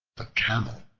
the camel